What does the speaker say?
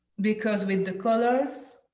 because with the colors